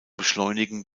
beschleunigen